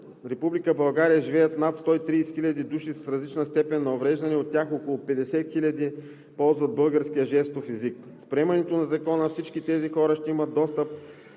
България живеят над 130 хиляди души с различна степен на увреден слух, от тях около 50 хиляди ползват български жестов език. С приемането на Закона всички тези хора ще имат достъп